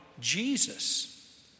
Jesus